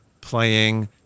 playing